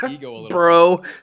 Bro